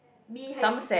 be hide it